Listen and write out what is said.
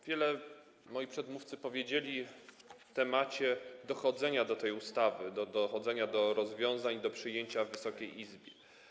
Wiele moi przedmówcy powiedzieli na temat dochodzenia do tej ustawy, dochodzenia do rozwiązań i do przyjęcia ich w Wysokiej Izbie.